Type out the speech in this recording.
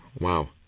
Wow